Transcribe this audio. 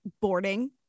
boarding